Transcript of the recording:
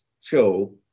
show